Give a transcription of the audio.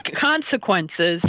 consequences